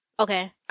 Okay